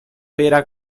pera